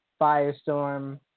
Firestorm